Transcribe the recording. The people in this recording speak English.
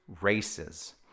races